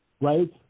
right